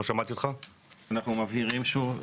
אנחנו מבהירים שוב,